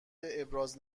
ابراز